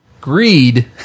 Greed